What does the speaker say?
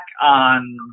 on